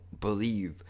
believe